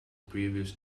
previous